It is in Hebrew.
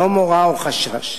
ללא מורא או חשש.